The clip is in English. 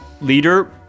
Leader